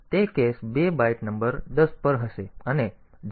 તેથી તે case 2 byte number 10 પર હશે અને જમ્પ ટેબલ ઓફસેટથી શરૂ થશે